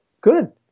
good